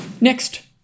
next